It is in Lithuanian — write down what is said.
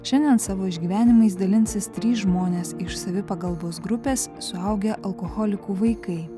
šiandien savo išgyvenimais dalinsis trys žmonės iš savipagalbos grupės suaugę alkoholikų vaikai